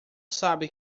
sabe